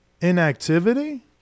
inactivity